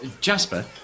Jasper